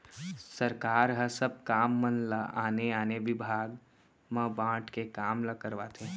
सरकार ह सब काम मन ल आने आने बिभाग म बांट के काम ल करवाथे